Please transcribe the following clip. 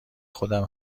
خودم